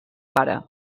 pare